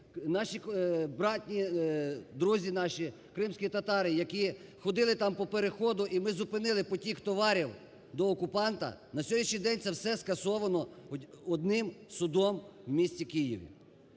наші братні.. друзі наші, кримські татари, які ходили там по переходу і ми зупинили потік товарів до окупанта, на сьогоднішній день це все скасовано одним судом у місті Києві.